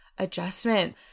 Adjustment